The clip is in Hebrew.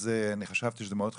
אני חשבתי שזה מאוד חשוב,